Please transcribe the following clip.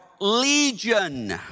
legion